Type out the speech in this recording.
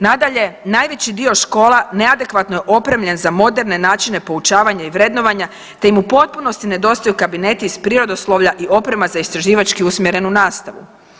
Nadalje, najveći dio škola neadekvatno je opremljen za moderne načine poučavanja i vrednovanja, te im u potpunosti nedostaju kabineti iz prirodoslovlja i oprema za istraživački usmjerenu nastavu.